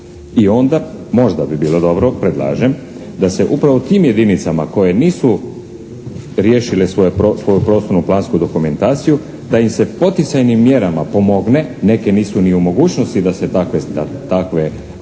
i onda možda bi bilo dobro, predlažem, da se upravo tim jedinicama koje nisu riješile svoju prostorno-plansku dokumentaciju da im se poticajnim mjerama pomogne, neke nisu ni u mogućnosti da se takve